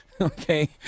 Okay